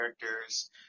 characters